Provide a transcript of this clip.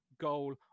goal